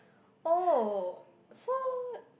oh so